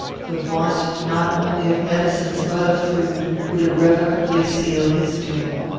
the want not only of medicines but of food, would irrevocably seal his doom.